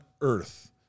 earth